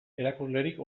erakuslerik